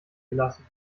gelassen